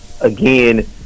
again